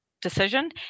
decision